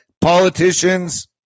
politicians